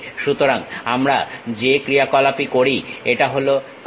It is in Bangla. সুতরাং আমরা যে ক্রিয়া কলাপই করি এটা হলো কাট